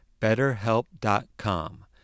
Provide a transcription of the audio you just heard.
BetterHelp.com